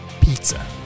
pizza